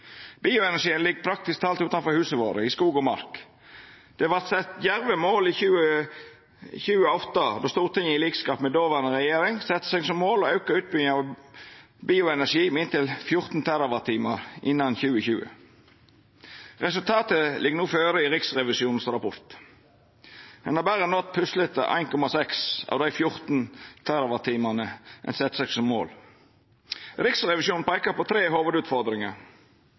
Bioenergien ligg praktisk talt utanfor husa våre, i skog og mark. Det vart sett djerve mål i 2008, då Stortinget til liks med den dåverande regjeringa sette seg som mål å auka utbygginga av bioenergi med inntil 14 TWh innan 2020. Resultatet ligg no føre i Riksrevisjonens rapport: Ein har berre nådd puslete 1,6 av dei 14 TWh ein sette seg som mål. Riksrevisjonen peikar på tre hovudutfordringar.